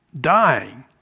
dying